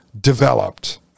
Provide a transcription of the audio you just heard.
developed